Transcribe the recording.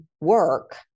work